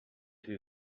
who